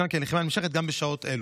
יצוין כי הלחימה נמשכת גם בשעות אלו.